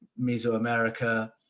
Mesoamerica